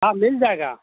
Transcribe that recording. हाँ मिल जाएगा